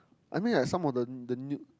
I mean like some of the the new